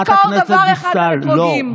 רק תזכור דבר אחד: מאתרוגים,